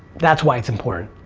that's why it's important.